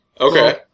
Okay